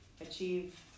Achieve